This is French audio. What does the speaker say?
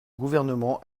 gouvernement